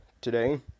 today